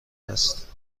است